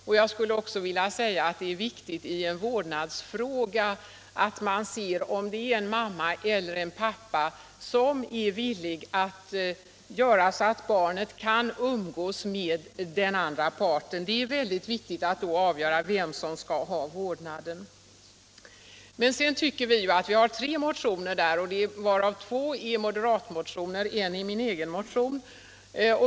Det är också viktigt i en vårdnadsfråga, t.ex. när det är en mamma eller en pappa som är villig att medverka till att barnet kan umgås med den andra parten, att avgöra vem som skall ha vårdnaden. Därför finns det tre motioner i denna fråga, varav två är moderata — en är min egen.